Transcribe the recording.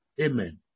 Amen